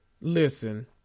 listen